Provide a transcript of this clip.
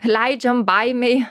leidžiam baimei